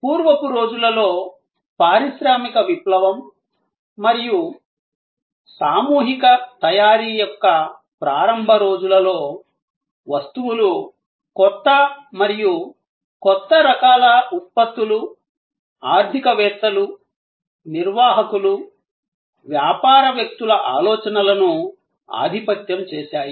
పూర్వపు రోజులలో పారిశ్రామిక విప్లవం మరియు సామూహిక తయారీ యొక్క ప్రారంభ రోజులలో వస్తువులు కొత్త మరియు కొత్త రకాల ఉత్పత్తులు ఆర్థికవేత్తలు నిర్వాహకులు వ్యాపార వ్యక్తుల ఆలోచనలను ఆధిపత్యం చేశాయి